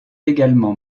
également